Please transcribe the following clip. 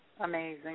Amazing